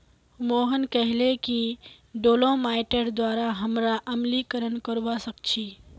मोहन कहले कि डोलोमाइटेर द्वारा हमरा अम्लीकरण करवा सख छी